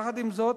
יחד עם זאת,